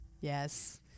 Yes